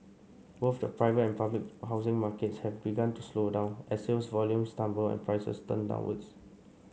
both the private and public housing markets have began to slow down as sales volumes tumble and prices turn downwards